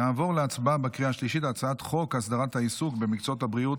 נעבור להצבעה בקריאה השלישית על הצעת חוק הסדרת העיסוק במקצועות הבריאות